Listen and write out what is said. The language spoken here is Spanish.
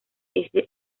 ese